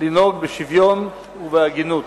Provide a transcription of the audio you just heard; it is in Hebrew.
לנהוג בשוויון ובהגינות.